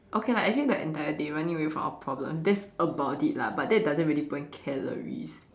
okay lah actually the entire day running away from our problem that's about it lah but that doesn't really burn calories